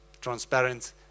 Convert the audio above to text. transparent